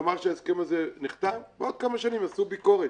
ולומר שההסכם הזה נחתם ושבעוד כמה שנים יעשו ביקורת.